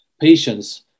patients